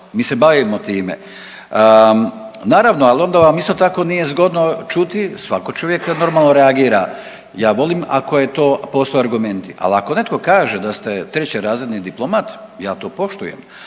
Mi se bavimo time. Naravno, al onda vam isto tako nije zgodno čuti, svako čuje kad normalno reagira, ja volim ako je to postoje argumenti, ali ako netko kaže da ste trećerazredni diplomat ja to poštujem,